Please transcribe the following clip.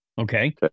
Okay